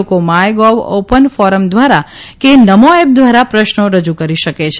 લોકો MyGov open forum દ્વારા કે નમી એપ દ્વારા પ્રશ્નો રજૂ કરી શકે છે